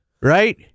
Right